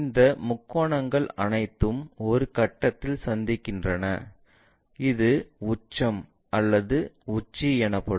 இந்த முக்கோணங்கள் அனைத்தும் 1 கட்டத்தில் சந்திக்கின்றன இது உச்சம் அல்லது உச்சி எனப்படும்